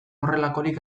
horrelakorik